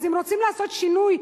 אז אם רוצים לעשות שינוי,